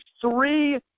three